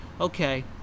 Okay